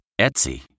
Etsy